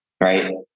right